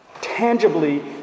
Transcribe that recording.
Tangibly